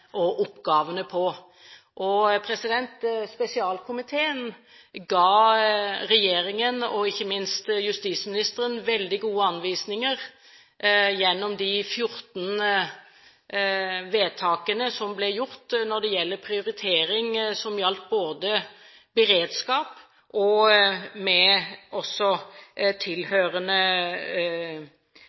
og løse oppgavene på. Spesialkomiteen ga regjeringen – og ikke minst justisministeren – veldig gode anvisninger gjennom de 14 vedtakene som ble gjort når det gjelder prioritering av beredskap og tilhørende tiltak i både politi- og